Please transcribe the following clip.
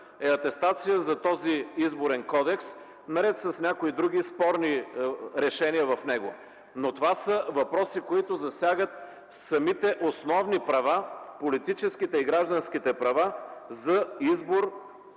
е атестация за този Изборен кодекс, наред с някои други спорни решения в него. Това са въпроси, които засягат самите основни права – политическите и гражданските права за избор